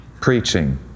Preaching